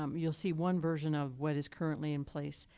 um you'll see one version of what is currently in place,